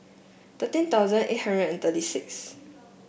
thirteen thousand eight hundred and thirty six